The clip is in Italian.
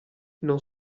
non